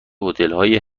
هتلهای